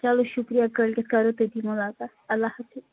چلو شُکریہ کٲلۍ کٮ۪تھ کَرو تٔتی مُلاقات